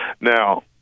now